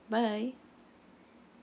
bye